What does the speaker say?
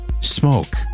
Smoke